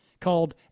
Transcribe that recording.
called